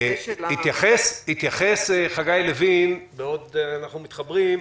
התייחס חגי לוין, בעוד אנחנו מתחברים,